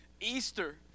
Easter